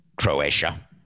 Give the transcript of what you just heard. Croatia